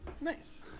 Nice